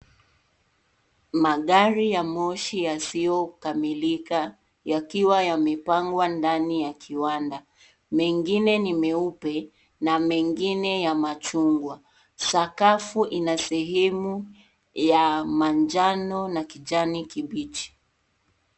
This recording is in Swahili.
Magari ya mosi yasiyokamilika yakiwa yamepangwa ndani ya kiwanda. Mengine ni meupe, na mengine ya machungwa. Sakafu ina sehemu ya manjano na kijani kibichi.